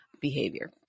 behavior